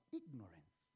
ignorance